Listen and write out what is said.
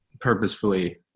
purposefully